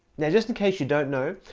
now just in case you don't know,